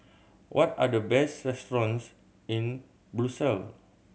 what are the best restaurants in Brussels